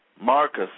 Marcus